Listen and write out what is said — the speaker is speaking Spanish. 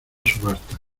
subasta